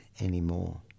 anymore